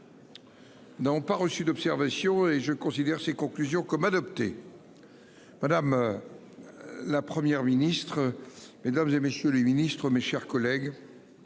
N'ont pas reçu d'observation et je considère ces conclusions comme adopté. Madame. La Première ministre. Mesdames, et messieurs les ministres, mes chers collègues.